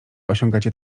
osiągacie